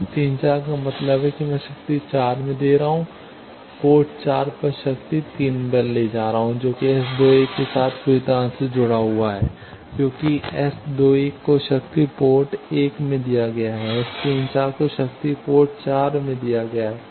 S 34 का मतलब है कि मैं शक्ति 4 में दे रहा हूं पोर्ट 4 पर शक्ति 3 पर ले रहा है जो कि S 21 के साथ पूरी तरह से जुड़ा हुआ है क्योंकि S 21 को शक्ति पोर्ट 1 में दिया गया है S 34 को शक्ति पोर्ट 4 में दिया गया है